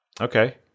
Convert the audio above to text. Okay